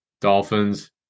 Dolphins